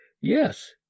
Yes